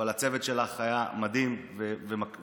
אבל הצוות שלה היה מדהים וקשוב.